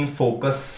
focus